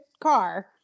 car